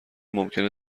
ممکنه